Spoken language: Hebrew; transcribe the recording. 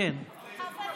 להפוך את זה להצעה לסדר-היום,